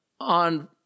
on